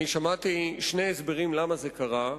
שמעתי שני הסברים למה זה קרה.